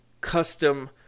custom